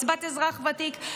קצבת אזרח ותיק.